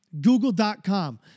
Google.com